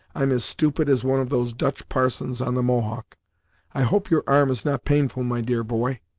i'm as stupid as one of those dutch parsons on the mohawk i hope your arm is not painful, my dear boy?